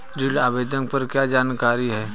ऋण आवेदन पर क्या जानकारी है?